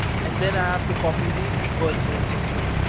and then i have to copy the birthday, which is here.